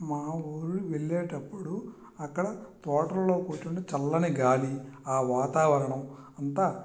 మా ఊరు వెళ్ళేటప్పుడు అక్కడ హోటల్లో కూర్చుంటే చల్లని గాలి ఆ వాతావరణం అంతా